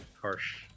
Harsh